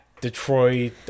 Detroit